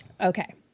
Okay